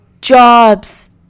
jobs